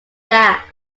that